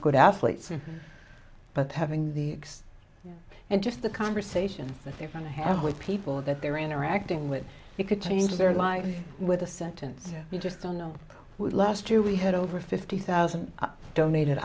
good athletes but having the and just the conversation that they're going to have with people that they're interacting with it could change their life with a sentence you just don't know last year we had over fifty thousand donated